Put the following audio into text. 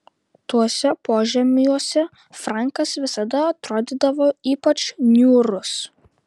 tuose požemiuose frankas visada atrodydavo ypač niūrus